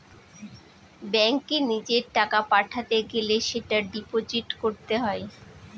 ব্যাঙ্কে নিজের টাকা পাঠাতে গেলে সেটা ডিপোজিট করতে হয়